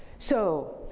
so,